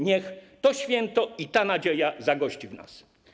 Niech to święto i ta nadzieja zagoszczą w nas.